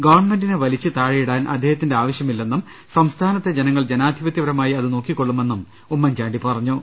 ഗവൺമെന്റിനെ വലിച്ച് താഴെയിടാൻ അദ്ദേഹത്തിന്റെ ആവശ്യമില്ലെന്നും സംസ്ഥാനത്തെ ജനങ്ങൾ ജനാധിപത്യപരമായി അതു നോക്കിക്കൊള്ളുമെന്നും ഉമ്മൻചാണ്ടി പറഞ്ഞു